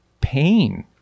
pain